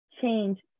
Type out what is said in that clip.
change